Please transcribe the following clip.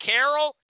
Carol